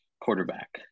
quarterback